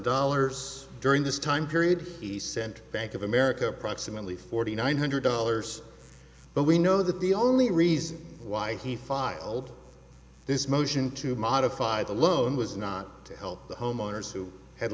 dollars during this time period he sent bank of america proximately forty nine hundred dollars but we know that the only reason why he filed this motion to modify the loan was not to help the homeowners who had